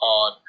on